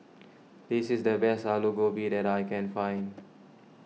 this is the best Aloo Gobi that I can find